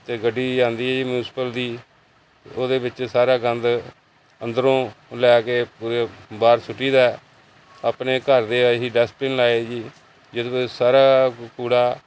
ਅਤੇ ਗੱਡੀ ਆਉਂਦੀ ਹੈ ਜੀ ਮਿਊਸਿਪਲ ਦੀ ਉਹਦੇ ਵਿੱਚ ਸਾਰਾ ਗੰਦ ਅੰਦਰੋਂ ਲੈ ਕੇ ਪੂਰੇ ਬਾਹਰ ਸੁੱਟੀ ਦਾ ਆਪਣੇ ਘਰ ਦੇ ਅਸੀਂ ਡਸਟਬੀਨ ਲਾਏ ਹੈ ਜੀ ਜਿਹਦੇ ਵਿੱਚ ਸਾਰਾ ਕੂੜਾ